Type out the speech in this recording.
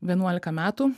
vienuolika metų